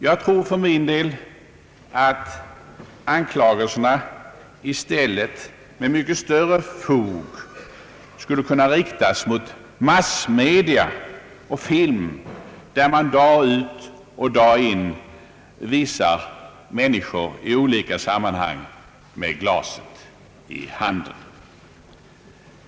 Jag tror för min del att anklagelserna i stället med mycket större fog skulle kunna riktas mot massmedierna och filmen, där man dag ut och dag in visar människor i olika sammanhang med glaset i handen.